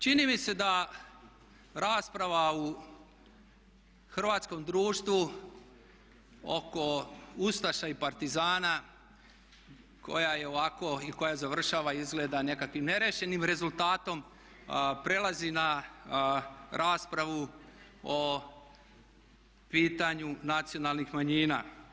Čini mi se da rasprava u hrvatskom društvu oko ustaša i partizana koja je ovako i koja završava izgleda nekakvim ne riješenim rezultatom prelazi na raspravu o pitanju nacionalnih manjina.